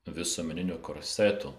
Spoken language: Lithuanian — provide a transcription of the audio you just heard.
visuomeninių korsetų